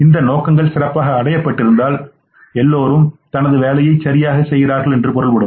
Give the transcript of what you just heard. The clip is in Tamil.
இந்த நோக்கங்கள் சிறப்பாக அடையப்பட்டிருந்தால் எல்லோரும் தனது வேலையைச் சரியாக செய்கிறார்கள் என்று பொருள்படும்